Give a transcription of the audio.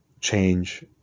change